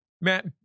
Matt-